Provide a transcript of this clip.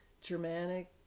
germanic